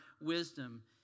wisdom